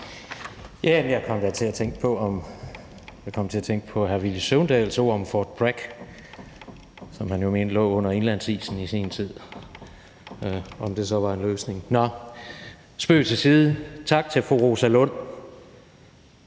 Tak til fru Rosa Lund,